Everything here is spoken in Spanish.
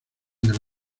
del